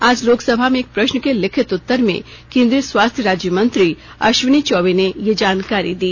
आज लोकसभा में एक प्रश्न के लिखित उत्तर में केन्द्रीय स्वास्थ्य राज्य मंत्री अश्विनी चौबे ने यह जानकारी दी